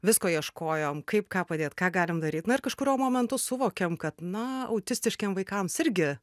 visko ieškojom kaip ką padėt ką galim daryt na ir kažkuriuo momentu suvokėm kad na autistiškiems vaikams irgi